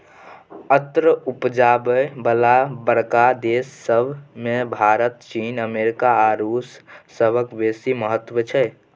अन्न उपजाबय बला बड़का देस सब मे भारत, चीन, अमेरिका आ रूस सभक बेसी महत्व छै